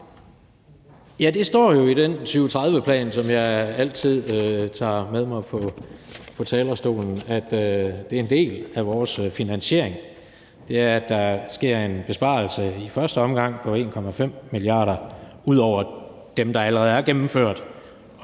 Ja, det står jo i den 2030-plan, som jeg altid tager med mig på talerstolen, at en del af vores finansiering baseres på, at der sker en besparelse på i første omgang 1,5 mia. kr. ud over dem, der allerede er gennemført